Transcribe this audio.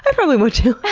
probably would too.